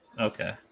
Okay